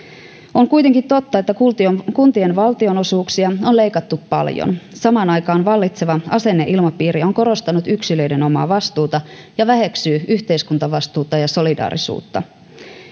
on kuitenkin totta että kuntien kuntien valtionosuuksia on leikattu paljon samaan aikaan vallitseva asenneilmapiiri korostaa yksilöiden omaa vastuuta ja väheksyy yhteiskuntavastuuta ja solidaarisuutta